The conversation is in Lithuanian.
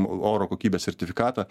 oro kokybės sertifikatą